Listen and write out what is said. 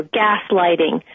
gaslighting